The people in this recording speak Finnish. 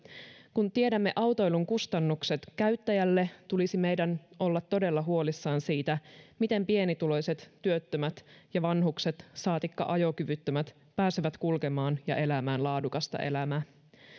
kun tiedämme autoilun kustannukset käyttäjälle tulisi meidän olla todella huolissamme siitä miten pienituloiset työttömät ja vanhukset saatikka ajokyvyttömät pääsevät kulkemaan ja elämään laadukasta elämää